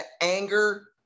anger